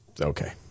Okay